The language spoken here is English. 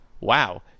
Wow